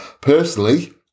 Personally